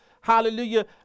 hallelujah